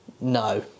No